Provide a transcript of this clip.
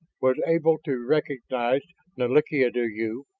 was able to recognize nalik'ideyu.